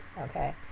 okay